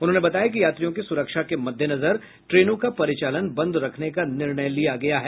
उन्होंने बताया कि यात्रियों की सुरक्षा के मद्देनजर ट्रेनों का परिचालन बंद रखने का निर्णय लिया गया है